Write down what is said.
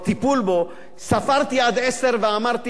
ספרתי עד עשר ואמרתי: מתי ערוץ-2,